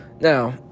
Now